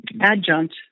adjunct